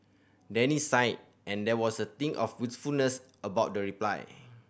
Danny sighed and there was a tinge of wistfulness about the reply